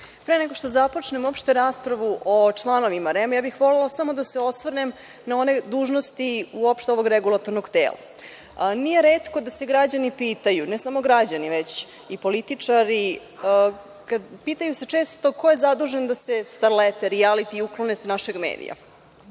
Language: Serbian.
pre nego što započnem uopšte raspravu o članovima REM, volela bih samo da se osvrnem na one dužnosti uopšte ovog regulatornog tela. Nije retko da se građani pitaju, ne samo građani, već i političari, pitaju se često ko je zadužen da se starlete i rijaliti uklone sa naših medija.